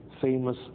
famous